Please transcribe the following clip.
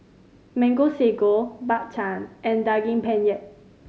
Mango Sago Bak Chang and Daging Penyet